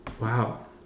Wow